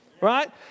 right